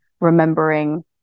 remembering